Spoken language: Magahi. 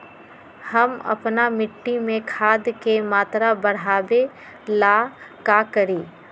हम अपना मिट्टी में खाद के मात्रा बढ़ा वे ला का करी?